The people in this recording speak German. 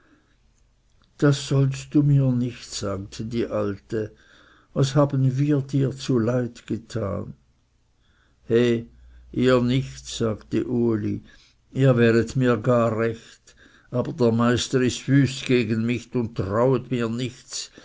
das sollst du mir nicht sagte die alte was haben wir dir zuleid getan he ihr nichts sagte uli ihr wäret mir gar recht aber der meister ist wüst gegen mich und trauet mir nichts